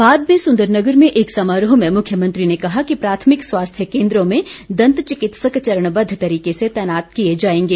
बाद में सुंदरनगर में एक समारोह में मुख्यमंत्री ने कहा कि प्राथमिक स्वास्थ्य केन्द्रों में दंत चिकित्सक चरणबद्ध तरीके से तैनात किए जाएंगे